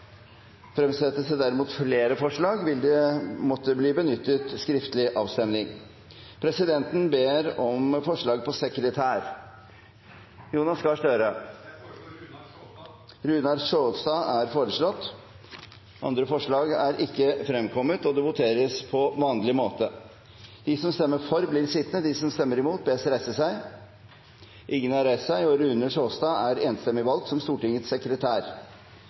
Fremsettes det derimot flere forslag, vil det måtte benyttes skriftlig avstemning. Presidenten ber om forslag på sekretær . Jeg foreslår Runar Sjåstad . Runar Sjåstad er foreslått som sekretær. – Andre forslag foreligger ikke. Det voteres på vanlig måte. Runar Sjåstad er dermed valgt til Stortingets sekretær. Presidenten ber så om forslag på visesekretær . Jeg foreslår Ingjerd Schou . Ingjerd Schou er foreslått som